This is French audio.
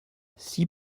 six